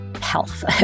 Health